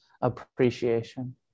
appreciation